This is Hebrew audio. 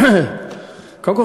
קודם כול,